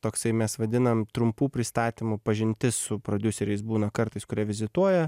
toksai mes vadinam trumpų pristatymų pažintis su prodiuseriais būna kartais kurie vizituoja